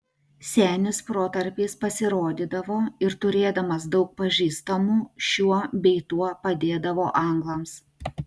senis protarpiais pasirodydavo ir turėdamas daug pažįstamų šiuo bei tuo padėdavo anglams